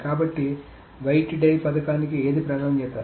కాబట్టి weighted పథకానికి ఏది ప్రాధాన్యత